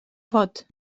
pot